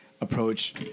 approach